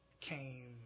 came